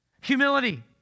Humility